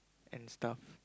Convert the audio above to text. and stuff